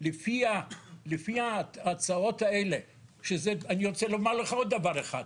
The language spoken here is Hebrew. לפי ההצהרות האלה, שאני רוצה לומר לך עוד דבר אחד.